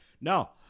No